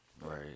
Right